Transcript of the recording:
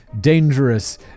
dangerous